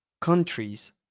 countries